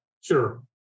Sure